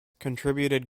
contributed